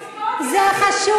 וקצבאות ילדים זה לא חשוב?